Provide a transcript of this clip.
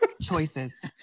Choices